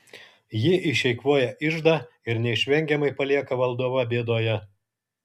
ji išeikvoja iždą ir neišvengiamai palieka valdovą bėdoje